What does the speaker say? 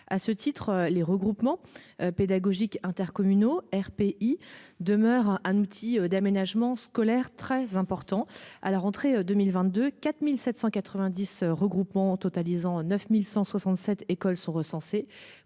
À ce titre, les regroupements pédagogiques intercommunaux RPI demeure un outil d'aménagement scolaire très important à la rentrée 2022 4790 regroupement totalisant 9167 écoles sont recensées